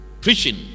preaching